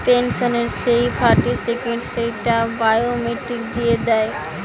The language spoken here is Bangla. পেনসনের যেই সার্টিফিকেট, সেইটা বায়োমেট্রিক দিয়ে দেয়